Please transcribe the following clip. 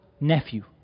nephew